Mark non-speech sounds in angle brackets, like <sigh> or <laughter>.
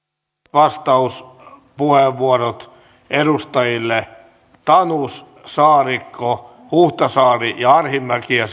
vastauspuheenvuorot edustajille tanus saarikko huhtasaari ja arhinmäki ja <unintelligible>